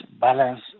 balance